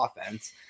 offense